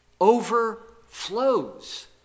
overflows